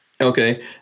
Okay